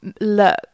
look